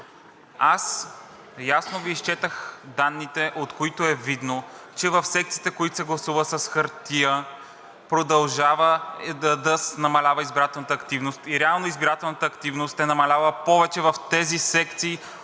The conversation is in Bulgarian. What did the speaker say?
Аз ясно ви изчетох данните, от които е видно, че в секциите, в които се гласува с хартия, продължава да намалява избирателната активност и реално избирателната активност е намалява повече в тези секции,